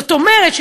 זאת אומרת,